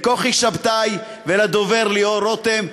לכוכי שבתאי ולדובר ליאור רותם.